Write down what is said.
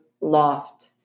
loft